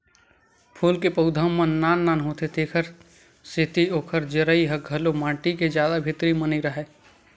फूल के पउधा मन नान नान होथे तेखर सेती ओखर जरई ह घलो माटी के जादा भीतरी म नइ राहय